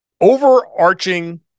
overarching